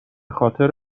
خاطر